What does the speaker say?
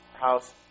house